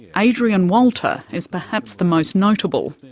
adrian walter is perhaps the most notable.